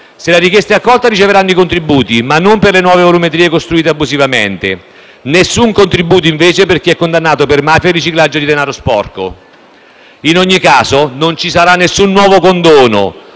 Se la richiesta è accolta, riceveranno i contributi, ma non per le nuove volumetrie costruite abusivamente. Nessun contributo invece va a chi è condannato per mafia e riciclaggio di denaro sporco. In ogni caso, non ci sarà alcun nuovo condono: